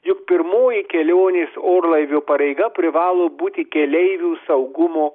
juk pirmoji kelionės orlaiviu pareiga privalo būti keleivių saugumo